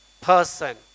person